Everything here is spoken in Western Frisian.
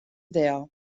del